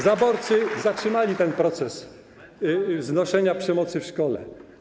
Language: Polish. Zaborcy zatrzymali ten proces znoszenia przemocy w szkole.